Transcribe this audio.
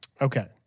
Okay